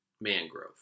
Mangrove